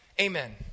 Amen